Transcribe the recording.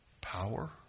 Power